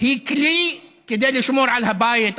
היא כלי לשמור על הבית,